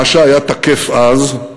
מה שהיה תקף אז,